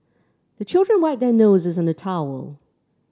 the children wipe their noses on the towel